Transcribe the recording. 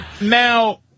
now